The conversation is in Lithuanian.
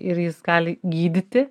ir jis gali gydyti